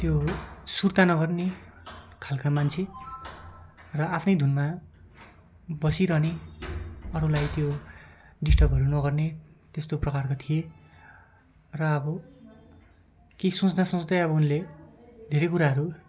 त्यो सुर्ता नगर्ने खालका मान्छे र आफ्नै धुनमा बसिरहने अरूलाई त्यो डिस्टर्बहरू नगर्ने त्यस्तो प्रकारका थिए र अब केही सोच्दा सोच्दै अब उनले धेरै कुराहरू